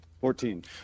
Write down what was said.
Fourteen